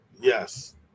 Yes